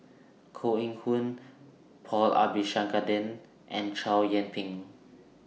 Koh Eng Hoon Paul Abisheganaden and Chow Yian Ping